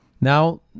Now